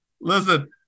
listen